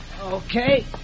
Okay